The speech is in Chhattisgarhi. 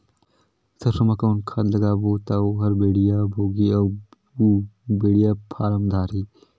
सरसो मा कौन खाद लगाबो ता ओहार बेडिया भोगही अउ बेडिया फारम धारही?